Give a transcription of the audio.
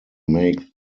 make